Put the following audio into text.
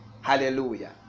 hallelujah